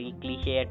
cliche